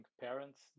parents